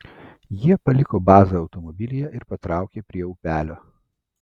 jie paliko bazą automobilyje ir patraukė prie upelio